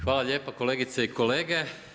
Hvala lijepa kolegice i kolege.